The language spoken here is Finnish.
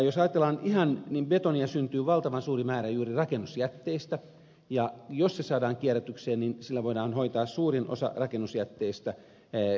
jos ajatellaan niin betonia syntyy valtavan suuri määrä juuri rakennusjätteistä ja jos se saadaan kierrätykseen sillä voidaan hoitaa suurin osa rakennusjätteistä uusiokäyttöön